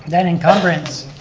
that encumbrance